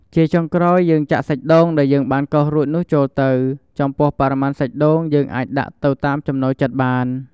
ជាចុងក្រោយ យើងចាក់សាច់ដូងដែលយើងបានកោសរួចនោះចូលទៅ ចំពោះបរិមាណសាច់ដូងយើងអាចដាក់ទៅតាមចំណូលចិត្តបាន។